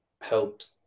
helped